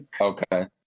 Okay